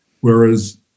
whereas